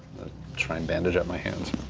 try and bandage up my hands.